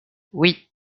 oui